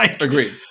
Agreed